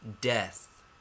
death